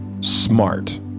smart